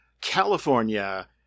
California